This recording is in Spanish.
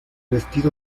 vestido